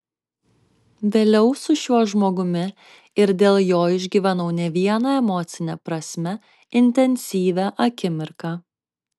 vėliau su šiuo žmogumi ir dėl jo išgyvenau ne vieną emocine prasme intensyvią akimirką